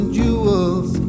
jewels